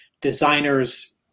designers